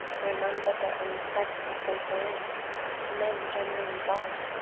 where none but their own sect must enter in men generally barr'd.